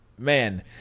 Man